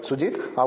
సుజిత్ అవును